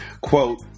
quote